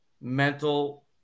mental